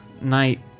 night